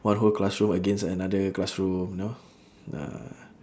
one whole classroom against another classroom you know ah